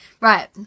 Right